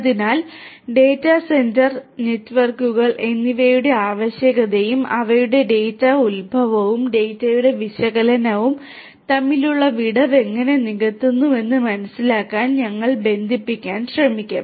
അതിനാൽ data centre data centre നെറ്റ്വർക്കുകൾ എന്നിവയുടെ ആവശ്യകതയും അവ ഡാറ്റയുടെ ഉത്ഭവവും ഡാറ്റയുടെ വിശകലനവും തമ്മിലുള്ള വിടവ് എങ്ങനെ നികത്തുന്നുവെന്ന് മനസിലാക്കാൻ ഞങ്ങൾ ബന്ധിപ്പിക്കാൻ ശ്രമിക്കും